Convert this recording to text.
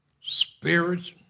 spirit